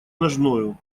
ножною